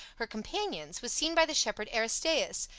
her companions, was seen by the shepherd aristaeus,